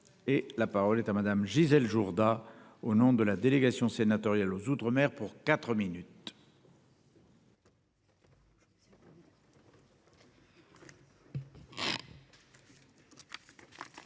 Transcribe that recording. Et la parole est à madame Gisèle Jourda au nom de la délégation sénatoriale aux outre-mer pour 4 minutes.